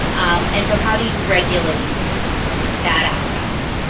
um and so how do you regulate that access?